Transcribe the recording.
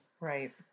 Right